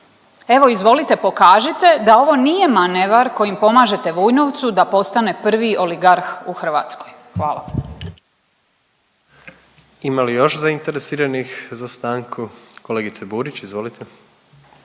Evo izvolite pokažite da ovo nije manevar kojim pomažete Vujnovcu da postane prvi oligarh u Hrvatskoj. Hvala. **Jandroković, Gordan (HDZ)** Ima li još zainteresiranih za stanku? Kolegice Burić izvolite.